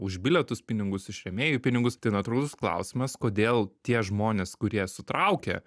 už bilietus pinigus iš rėmėjų pinigus tai natūralus klausimas kodėl tie žmonės kurie sutraukia